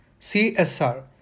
CSR